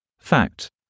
Fact